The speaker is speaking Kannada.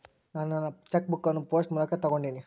ನಾನು ನನ್ನ ಚೆಕ್ ಬುಕ್ ಅನ್ನು ಪೋಸ್ಟ್ ಮೂಲಕ ತೊಗೊಂಡಿನಿ